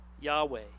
Yahweh